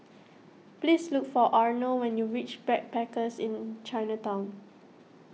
please look for Arnold when you reach Backpackers Inn Chinatown